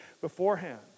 beforehand